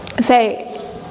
say